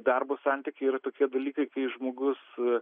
darbo santykiai yra tokie dalykai kai žmogus